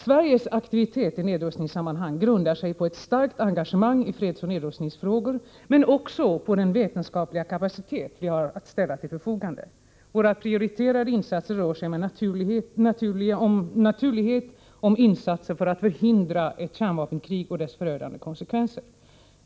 Sveriges aktivitet i nedrustningssammanhang grundar sig på ett starkt engagemang i fredsoch nedrustningsfrågor, men också på den vetenskapliga kapacitet vi har att ställa till förfogande. Våra prioriterade insatser rör sig med naturlighet om sådant som kan göras för att förhindra ett kärnvapenkrig och dess förödande konsekvenser.